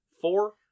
Four